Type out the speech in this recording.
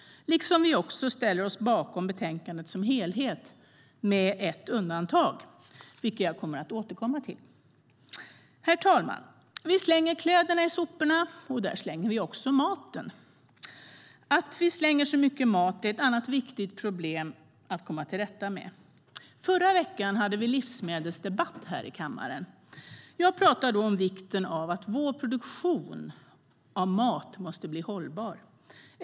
Vi ställer oss också bakom betänkandet som helhet - med ett undantag, vilket jag återkommer till. Herr talman! Vi slänger kläderna i soporna. Där slänger vi också maten. Att vi slänger så mycket mat är ett annat viktigt problem att komma till rätta med. Förra veckan hade vi livsmedelsdebatt i kammaren. Jag talade då om vikten av att vår produktion av mat måste bli hållbar.